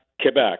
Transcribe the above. Quebec